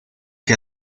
que